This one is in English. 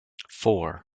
four